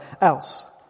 else